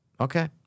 Okay